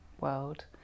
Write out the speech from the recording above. world